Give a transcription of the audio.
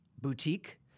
boutique